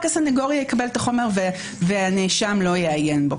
הסנגור יקבל את החומר והנאשם לא יעיין בו.